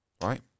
Right